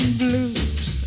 blues